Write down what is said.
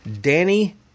Danny